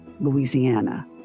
Louisiana